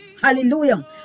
Hallelujah